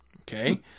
Okay